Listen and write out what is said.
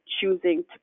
choosing